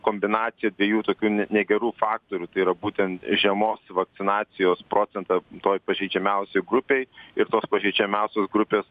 kombinaciją dviejų tokių ne negerų faktorių tai yra būtent žemos vakcinacijos procentą toj pažeidžiamiausioj grupėj ir tos pažeidžiamiausios grupės